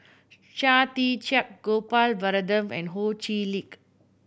Chia Tee Chiak Gopal Baratham and Ho Chee Lick